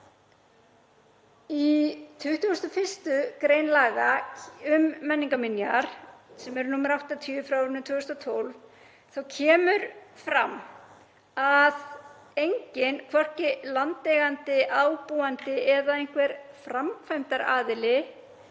Í 21. gr. laga um menningarminjar, nr. 80/2012, kemur fram að enginn, hvorki landeigandi, ábúandi eða einhver framkvæmdaraðili,